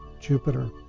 Jupiter